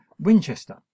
winchester